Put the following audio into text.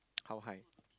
how high